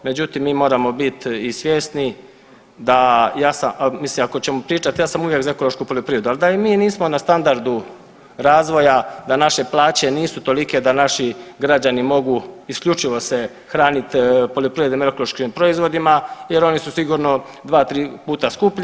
Međutim, mi moramo biti i svjesni da, mislim ako ćemo pričat, ja sam uvijek za ekološku poljoprivrednu, ali da i mi nismo na standardu razvoja, da naše plaće nisu tolike da naši građani mogu isključivo se hranit poljoprivrednim ekološkim proizvodima jer oni su sigurno 2-3 puta skuplji.